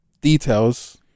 details